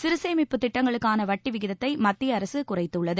சிறுசேமிப்பு திட்டங்களுக்கான வட்டி விகிதத்தை மத்திய அரசு குறைத்துள்ளது